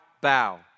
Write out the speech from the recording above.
bow